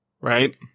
right